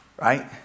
right